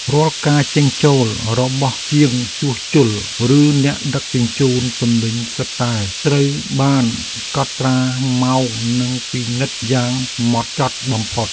រាល់ការចេញចូលរបស់ជាងជួសជុលឬអ្នកដឹកជញ្ជូនទំនិញសុទ្ធតែត្រូវបានកត់ត្រាម៉ោងនិងពិនិត្យយ៉ាងហ្មត់ចត់បំផុត។